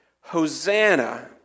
Hosanna